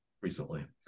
recently